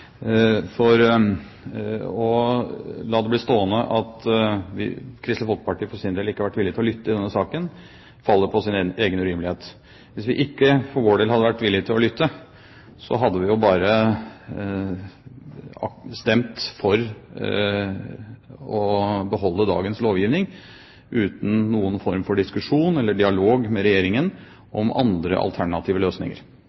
ikke å la det bli stående at Kristelig Folkeparti for sin del ikke har vært villig til å lytte i denne saken. Det faller på sin egen urimelighet. Hvis vi for vår del ikke hadde vært villig til å lytte, hadde vi jo bare stemt for å beholde dagens lovgivning, uten noen form for diskusjon eller dialog med Regjeringen om andre alternative løsninger.